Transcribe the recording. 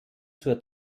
zur